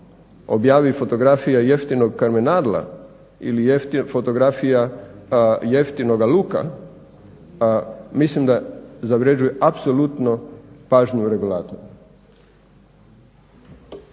objavi fotografija jeftinog krmenadla ili fotografija jeftinoga luka pa mislim da zavređuje apsolutno pažnju regulatora.